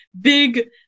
big